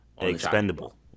expendable